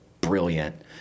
brilliant